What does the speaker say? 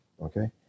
Okay